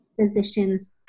physicians